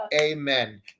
amen